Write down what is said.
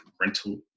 rental